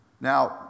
Now